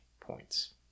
points